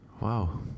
Wow